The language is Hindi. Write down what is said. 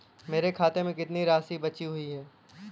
मेरे खाते में कितनी राशि बची हुई है?